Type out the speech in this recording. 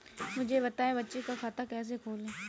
मुझे बताएँ बच्चों का खाता कैसे खोलें?